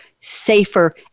safer